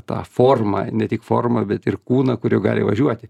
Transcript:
tą formą ne tik formą bet ir kūną kuriuo gali važiuoti